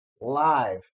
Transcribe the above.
live